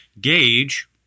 gauge